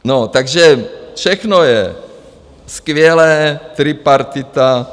No, takže všechno je skvělé, tripartita.